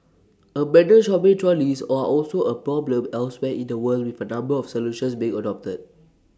abandoned shopping trolleys O are also A problem elsewhere in the world with A number of solutions being adopted